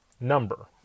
number